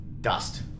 dust